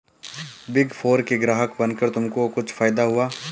Big four के ग्राहक बनकर तुमको कुछ फायदा हुआ?